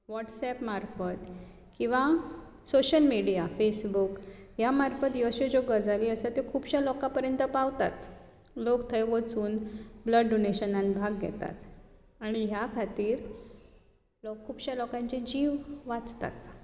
WhatsApp मार्फत किंवा social media Facebook ह्या मार्फत ह्यो अश्यो ज्यो गजाली आसात त्यो खुबशा लोकां पर्यंत पावतात लोक थंय वचून ब्लड डोनेशनान भाग घेतात आनी ह्या खातीर खुबशे लोकांची जीव वाचतात